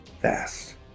Fast